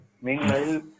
Meanwhile